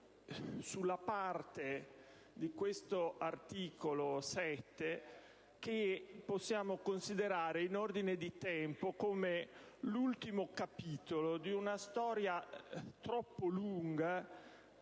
sulla parte dell'articolo 7 che possiamo considerare, in ordine di tempo, come l'ultimo capitolo di una storia troppo lunga.